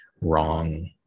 wrong